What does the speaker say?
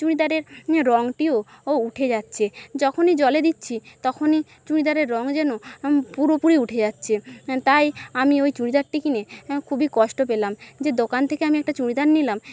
চুড়িদারের রংটিও ও উঠে যাচ্ছে যখনই জলে দিচ্ছি তখনই চুড়িদারের রং যেন পুরোপুরি উঠে যাচ্ছে তাই আমি ওই চুড়িদারটি কিনে খুবই কষ্ট পেলাম যে দোকান থেকে আমি একটা চুড়িদার নিলাম